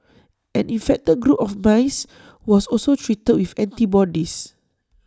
an infected group of mice was also treated with antibodies